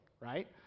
right